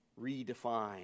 redefine